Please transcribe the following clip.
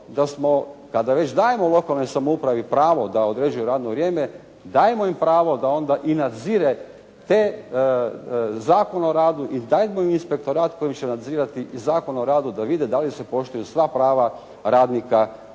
da smo kada već dajemo lokalnoj samoupravi pravo da određuje radno vrijeme, dajmo im pravo da onda i nadzire Zakon o radu i dajmo im inspektorat kojim će nadzirati Zakon o radu, da vide da li se poštuju sva prava radnika